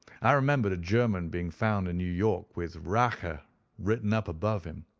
i remembered a german being found in new york with rache written up above him,